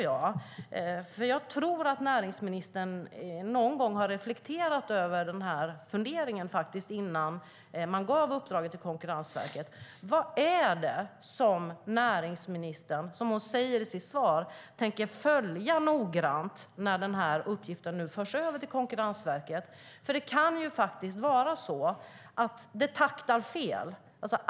Jag tror att näringsministern någon gång har reflekterat över detta innan man gav uppdraget till Konkurrensverket: Vad är det som näringsministern tänker följa noggrant, som hon säger i sitt svar, nu när uppgiften förs över till Konkurrensverket? Det kan faktiskt vara så att det taktar fel.